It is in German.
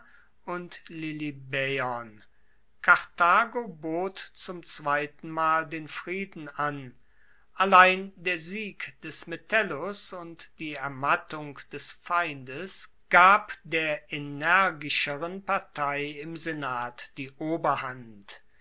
und lilybaeon karthago bot zum zweitenmal den frieden an allein der sieg des metellus und die ermattung des feindes gab der energischeren partei im senat die oberhand